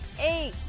eight